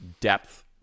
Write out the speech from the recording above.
depth